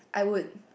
I would